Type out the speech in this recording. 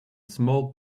small